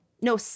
No